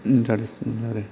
interest मोनो आरो